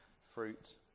fruit